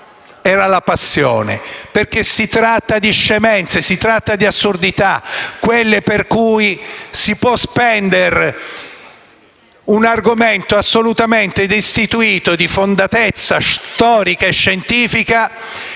era la passione. Si tratta di scemenze, di assurdità, quelle per cui si può spendere un argomento assolutamente destituito di fondatezza storica e scientifica